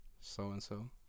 so-and-so